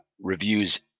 reviews